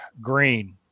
green